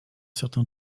certain